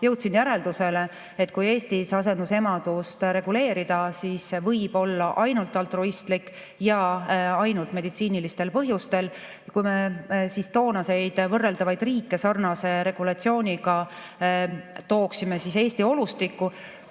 jõudsin järeldusele, et kui Eestis asendusemadust reguleerida, siis see võib olla ainult altruistlik ja ainult meditsiinilistel põhjustel. Kui me toona võrreldud riikides kehtinud regulatsiooni tooksime Eesti olustikku,